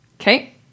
Okay